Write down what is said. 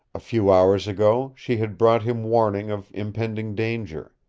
a few hours ago she had brought him warning of impending danger.